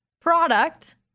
product